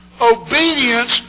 Obedience